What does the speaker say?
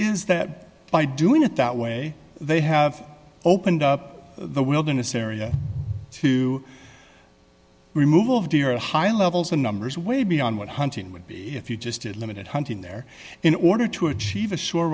is that by doing it that way they have opened up the wilderness area to remove all of the euro high levels in numbers way beyond what hunting would be if you just did limited hunting there in order to achieve a short